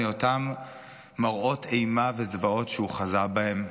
מאותם מראות אימה וזוועות שהוא חזה בהם,